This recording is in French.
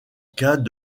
cas